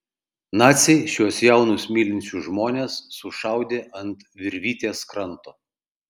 naciai šiuos jaunus mylinčius žmones sušaudė ant virvytės kranto